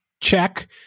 Check